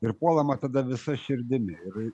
ir puolama tada visa širdimi ir